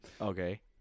Okay